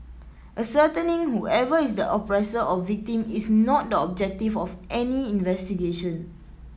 ascertaining whoever is the oppressor or victim is not the objective of any investigation